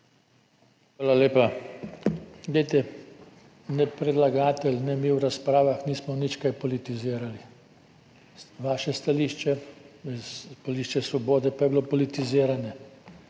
Hvala lepa. Ne predlagatelj ne mi v razpravah nismo nič kaj politizirali. Vaše stališče, stališče Svobode, pa je bilo politiziranje